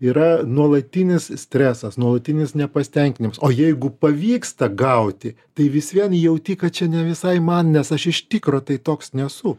yra nuolatinis stresas nuolatinis nepasitenkinimas o jeigu pavyksta gauti tai vis vien jauti kad čia ne visai man nes aš iš tikro tai toks nesu